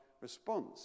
response